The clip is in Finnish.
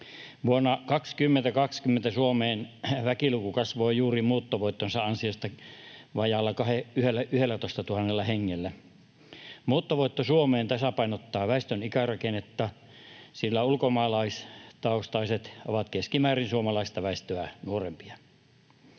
Vuonna 2020 Suomen väkiluku kasvoi juuri muuttovoittonsa ansiosta vajaalla 11 000 hengellä. Muuttovoitto Suomeen tasapainottaa väestön ikärakennetta, sillä ulkomaalaistaustaiset ovat keskimäärin suomalaista väestöä nuorempia.